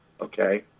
okay